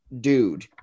dude